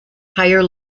higher